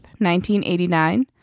1989